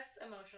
emotional